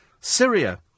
Syria